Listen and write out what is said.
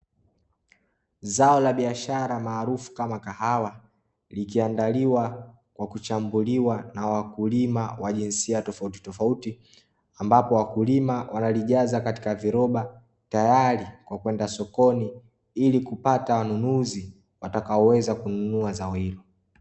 Zao la biashara maarufu kama kahawa, likiandaliwa kwa kuchambuliwa na wakulima wa jinsia tofauti tofauti. Ambapo wakulima wanalijaza katika viroba tayari kwa kwenda sokoni, ili kupata wanunuzi watakaoweza kununua zao hilo.